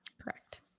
correct